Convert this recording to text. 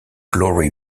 glory